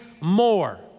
more